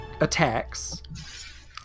attacks